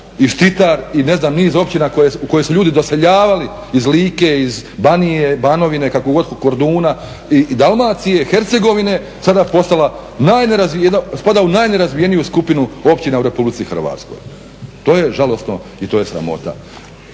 i Štitar i niz općina u koje su ljudi doseljavali iz Like, iz Banije, Banovine, Korduna i Dalmacije, Hercegovine, sada postala najnerazvijenija, spada u nejnerazvijeniju skupinu općina u Republici Hrvatskoj. To je žalosno i to je sramota.